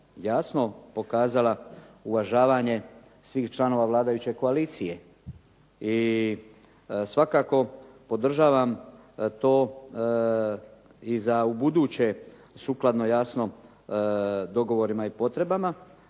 jasno pokazala uvažavanje svih članova vladajuće koalicije i svakako podržavam to i za ubuduće sukladno jasno dogovorima i potrebama